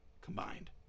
combined